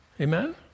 Amen